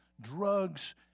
drugs